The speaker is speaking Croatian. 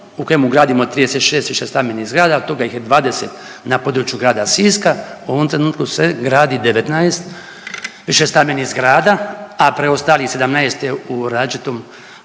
u kojemu gradimo 36 višestambenih zgrada, od toga ih je 20 na području grada Siska u ovom trenutku se gradi 19 više stambenih zgrada, a preostalih 17 je u različitoj